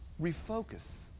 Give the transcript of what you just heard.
refocus